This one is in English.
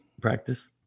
practice